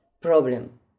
problem